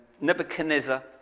Nebuchadnezzar